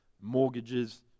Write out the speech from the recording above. mortgages